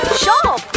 shop